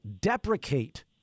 deprecate